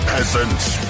Peasants